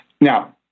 Now